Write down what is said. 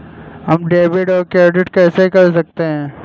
हम डेबिटऔर क्रेडिट कैसे कर सकते हैं?